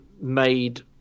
made